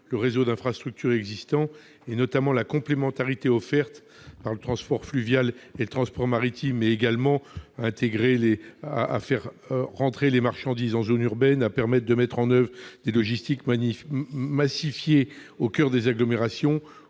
le réseau d'infrastructures existant et notamment la complémentarité offerte par le transport fluvial et le transport maritime. Il vise également à faire entrer les marchandises en zone urbaine, à permettre la mise en oeuvre de logistiques massifiées au coeur des agglomérations